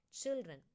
children